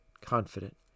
confident